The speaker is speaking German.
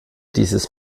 dieses